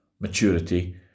maturity